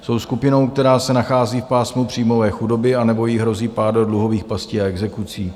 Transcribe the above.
Jsou skupinou, která se nachází v pásmu příjmové chudoby anebo jí hrozí pád do dluhových pastí a exekucí.